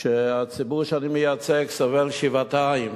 שהציבור שאני מייצג סובל שבעתיים,